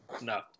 no